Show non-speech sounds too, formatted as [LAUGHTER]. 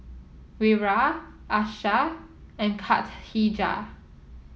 Wira Aishah and [UNINTELLIGIBLE]